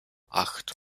acht